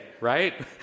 right